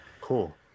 Cool